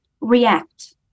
react